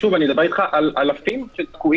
שוב, אני מדבר איתך על אלפים שתקועים.